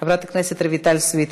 חבר הכנסת רויטל סויד,